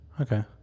Okay